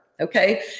Okay